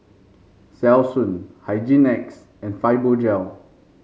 Selsun Hygin X and Fibogel